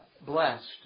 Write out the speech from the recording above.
blessed